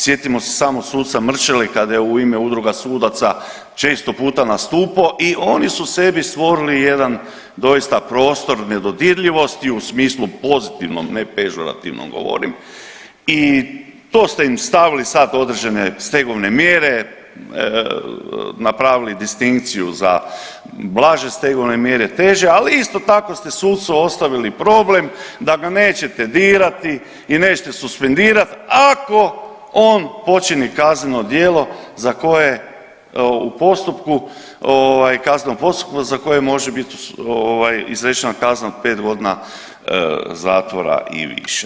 Sjetimo se samo suca Mrčele kada je u ime Udruga sudaca često puta nastupo i oni su sebi stvorili jedan doista prostor nedodirljivosti u smislu pozitivnom, ne pežorativnom govorim i to ste im stavili određene stegovne mjere, napravili distinkciju za blaže stegovne mjere, teže, ali isto tako ste sucu ostavili problem da ga nećete dirati i nećete suspendirat ako on počini kazneno djelo za koje u postupku u kaznenom postupku za koje može bit izrečena kazna od pet godina zatvora i više.